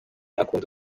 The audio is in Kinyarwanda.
akunda